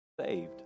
saved